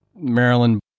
Maryland